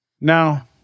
Now